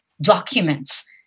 documents